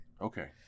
Okay